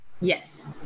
Yes